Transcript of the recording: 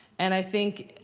and i think